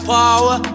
power